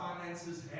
finances